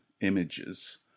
images